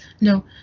no